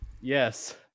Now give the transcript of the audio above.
Yes